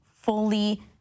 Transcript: fully